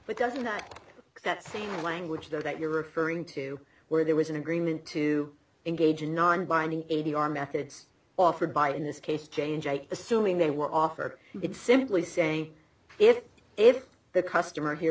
but doesn't that that same language that you're referring to where there was an agreement to engage in non binding a d r methods offered by in this case change assuming they were offered it simply saying if if the customer here